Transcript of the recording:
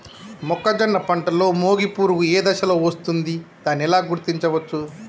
మొక్కజొన్న పంటలో మొగి పురుగు ఏ దశలో వస్తుంది? దానిని ఎలా గుర్తించవచ్చు?